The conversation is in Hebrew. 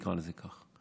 נקרא לזה כך.